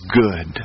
good